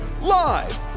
live